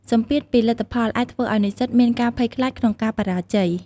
សម្ពាធពីលទ្ធផលអាចធ្វើឱ្យនិស្សិតមានការភ័យខ្លាចក្នុងការបរាជ័យ។